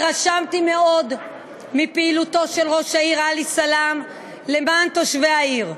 התרשמתי מאוד מפעילותו של ראש העיר עלי סלאם למען תושבי העיר.